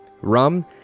Rum